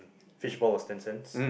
fishball was ten cents